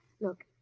Look